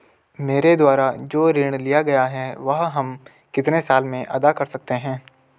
मेरे द्वारा जो ऋण लिया गया है वह हम कितने साल में अदा कर सकते हैं?